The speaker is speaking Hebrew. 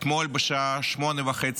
אתמול בשעה 20:30